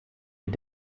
mit